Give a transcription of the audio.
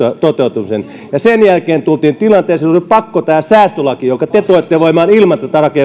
toteutumisen sen jälkeen tultiin tilanteeseen jolloin oli pakko tehdä säästölaki jonka te toitte voimaan ilman